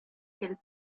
qu’elle